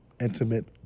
intimate